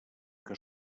que